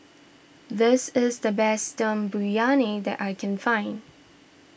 this is the best Dum Briyani that I can find